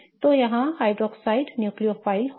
तो यहां hydroxide nucleophile होगा